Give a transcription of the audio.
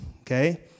Okay